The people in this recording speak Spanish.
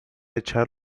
echar